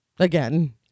Again